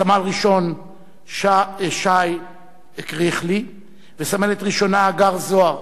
סמל ראשון שי קריכלי וסמלת ראשונה הגר זוהר.